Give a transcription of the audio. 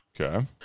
Okay